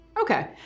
Okay